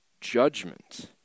judgment